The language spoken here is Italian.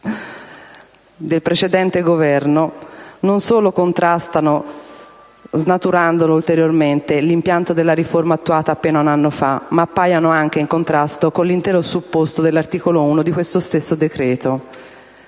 del precedente Governo, non solo contrastano, snaturandolo ulteriormente, l'impianto della riforma attuata appena un anno fa, ma appaiono anche in contrasto con l'intento supposto dell'articolo 1 di questo stesso decreto.